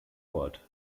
ort